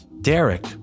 Derek